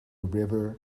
river